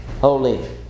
holy